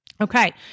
Okay